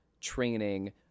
training